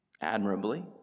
admirably